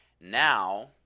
Now